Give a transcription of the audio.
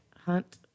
hunt